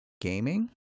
gaming